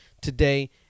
today